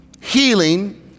healing